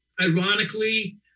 Ironically